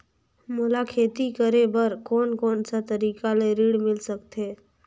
मोला खेती करे बर कोन कोन सा तरीका ले ऋण मिल सकथे?